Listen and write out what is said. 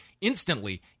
instantly